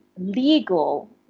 legal